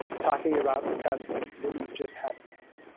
talking about the cuts that you've just had to make?